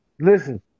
Listen